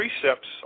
precepts